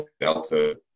delta